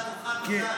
אתה על הדוכן, מזל.